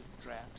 draft